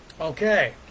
okay